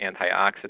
antioxidant